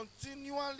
continually